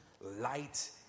light